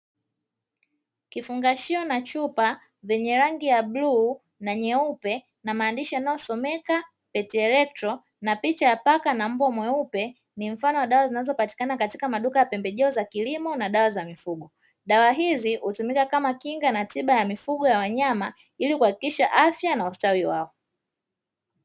Kifungashio na chupa vyenye rangi ya bluu na nyeupe na maandishi yanayosomeka "Pet Electro" na picha ya paka na mbwa mweupe. Ni mfano wa dawa zinazopatikana katika maduka ya pembejeo za kilimo na dawa za mifugo. Dawa hizi utumika kama kinga na tiba ya mifugo ya wanyama ili kuhakikisha afya na ustawi wao.